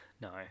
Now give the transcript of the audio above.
No